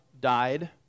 died